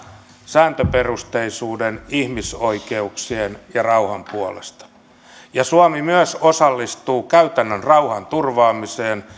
sääntöperusteisuuden ihmisoikeuksien ja rauhan puolesta suomi myös osallistuu käytännön rauhanturvaamiseen